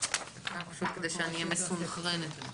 פשוט כדי שאהיה מסונכרנת.